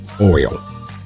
oil